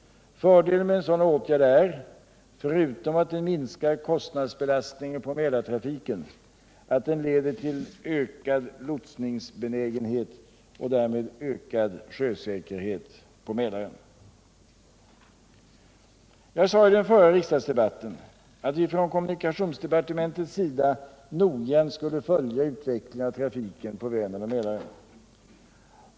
Fördelen med en sådan åtgärd är — förutom att den minskar kostnadsbelastningen på Mälartrafiken — att den leder till en ökad lotsningsbenägenhet och därmed ökad sjösäkerhet på Mälaren. Jag sade i den förra riksdagsdebatten att vi från kommunikationsdepartementets sida noggrant skulle följa utvecklingen av trafiken på Vänern och Mälaren.